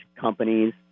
companies